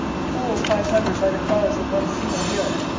four or five hundred by the prowess of one single hero,